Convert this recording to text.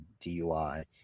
DUI